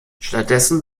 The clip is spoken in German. stattdessen